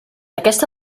aquesta